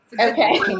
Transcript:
Okay